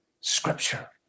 Scripture